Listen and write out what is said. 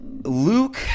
Luke